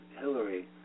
Hillary